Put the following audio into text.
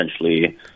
Essentially